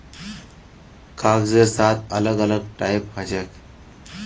कागजेर सात अलग अलग टाइप हछेक